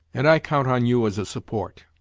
and i count on you as a support.